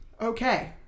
Okay